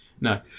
No